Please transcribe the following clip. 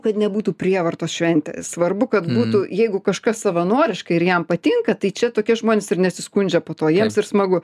kad nebūtų prievartos šventės svarbu kad būtų jeigu kažkas savanoriškai ir jam patinka tai čia tokie žmonės ir nesiskundžia po to jiems ir smagu